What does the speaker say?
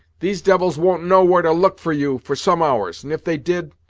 these devils won't know where to look for you for some hours, and if they did,